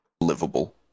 livable